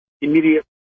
immediate